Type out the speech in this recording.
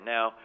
Now